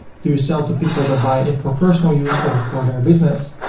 do you sell to people that buy it for personal use or for their business?